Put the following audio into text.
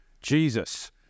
jesus